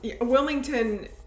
Wilmington